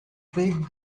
big